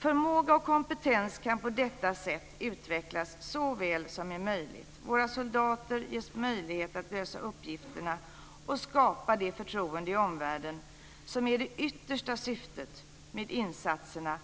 Förmåga och kompetens kan på detta sätt utvecklas så väl som är möjligt, våra soldater ges möjlighet att lösa uppgifterna och skapa det förtroende i omvärlden som är det yttersta syftet med insatserna